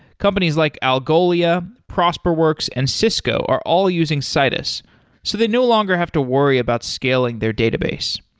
companies like algolia prosperworks and cisco are all using citus so they no longer have to worry about scaling their database.